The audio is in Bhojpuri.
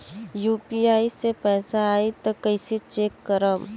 यू.पी.आई से पैसा आई त कइसे चेक करब?